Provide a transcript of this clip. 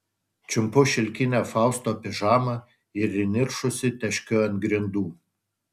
čiumpu šilkinę fausto pižamą ir įniršusi teškiu ant grindų